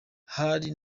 hari